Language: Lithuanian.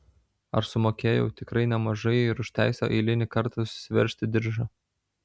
ar sumokėjau tikrai nemažai ir už teisę eilinį kartą susiveržti diržą